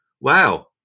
wow